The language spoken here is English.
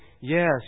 yes